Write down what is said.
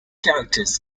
characters